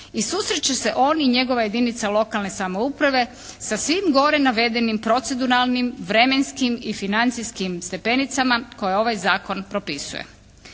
i susreće se on i njegova jedinica lokalne samouprave sa svim gore navedenim proceduralnim, vremenskim i financijskim stepenicama koje ovaj zakon propisuje.